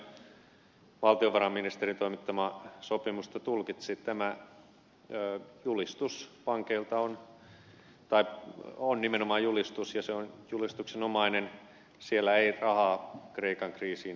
tuomioja valtiovarainministerin toimittamaa sopimusta tulkitsi tämä on nimenomaan julistus julistuksenomainen siellä ei rahaa kreikan kriisiin erikseen luvata